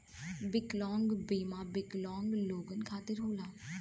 विकलांग बीमा विकलांग लोगन खतिर होला